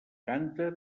canta